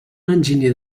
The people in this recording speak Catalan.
enginyer